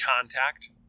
contact